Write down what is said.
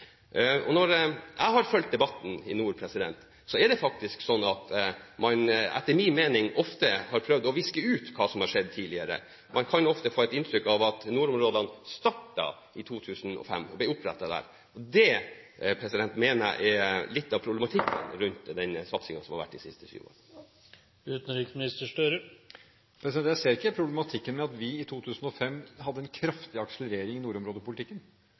Når jeg har fulgt debatten i nord, er det faktisk sånn at man – etter min mening – ofte har prøvd å viske ut hva som har skjedd tidligere. Man kan ofte få et inntrykk av at nordområdene startet i 2005 og ble opprettet da. Det mener jeg er litt av problematikken rundt den satsingen som har vært de siste syv årene. Jeg ser ikke problematikken ved at vi i 2005 hadde en kraftig akselerering av nordområdepolitikken,